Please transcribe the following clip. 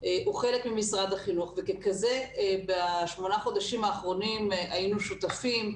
הוא חלק ממשרד החינוך וככזה בשמונה החודשים האחרונים היינו שותפים,